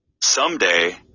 Someday